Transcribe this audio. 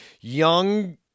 young